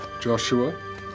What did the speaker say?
Joshua